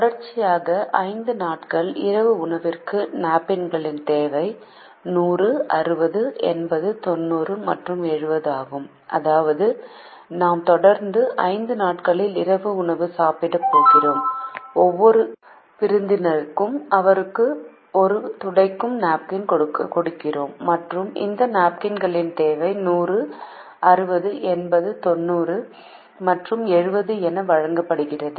தொடர்ச்சியாக 5 நாட்கள் இரவு உணவிற்கு நாப்கின்களின் தேவை 100 60 80 90 மற்றும் 70 ஆகும் அதாவது நாம் தொடர்ந்து 5 நாட்களில் இரவு உணவு சாப்பிடப் போகிறோம் ஒவ்வொரு விருந்தினருக்கும் அவர்களுக்கு ஒரு துடைக்கும் நாப்கின் கொடுக்கிறோம் மற்றும் இந்த நாப்கின்களின் தேவை 100 60 80 90 மற்றும் 70 என வழங்கப்படுகிறது